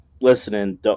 listening